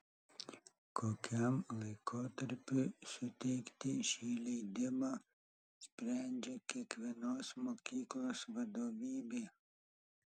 kokiam laikotarpiui suteikti šį leidimą sprendžia kiekvienos mokyklos vadovybė